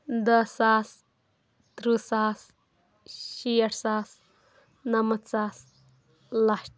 دہ ساس تٕرٛہ ساس شیٹھ ساس نَمَتھ ساس لچھ